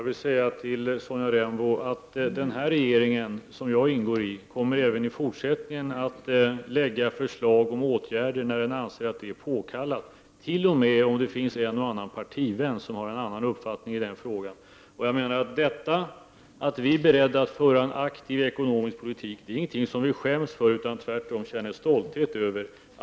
Fru talman! Den regering som jag ingår i kommer även i fortsättningen att lägga fram förslag om åtgärder när den anser att det är påkallat, t.o.m. om det finns en och annan partivän som har en annan uppfattning i frågan. Att vi är beredda att föra en aktiv ekonomisk politik är ingenting som vi skäms för — det är tvärtom någonting som vi känner stolhet över.